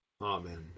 Amen